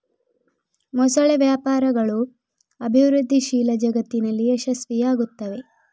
ಮೊಸಳೆ ವ್ಯಾಪಾರಗಳು ಅಭಿವೃದ್ಧಿಶೀಲ ಜಗತ್ತಿನಲ್ಲಿ ಯಶಸ್ವಿಯಾಗುತ್ತವೆ